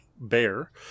Bear